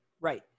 Right